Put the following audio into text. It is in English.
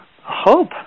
hope